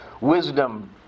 wisdom